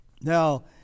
Now